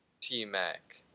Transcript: T-Mac